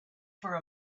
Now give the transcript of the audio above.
for